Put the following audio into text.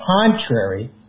contrary